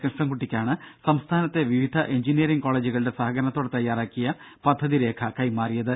കൃഷ്ണൻകുട്ടിക്കാണ് സംസ്ഥാനത്തെ വിവിധ എഞ്ചിനീയറിങ് കോളജുകളുടെ സഹകരണത്തോടെ തയാറാക്കിയ പദ്ധതി രേഖ കൈമാറിയത്